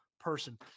Person